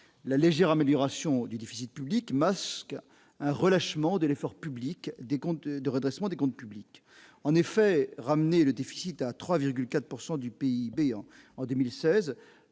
la légère amélioration du déficit public masque un relâchement de l'effort public des comptes de redressement des comptes publics en effet ramener le déficit à 3,4 pourcent